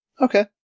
Okay